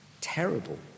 terrible